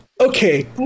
Okay